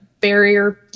barrier